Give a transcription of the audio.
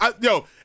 Yo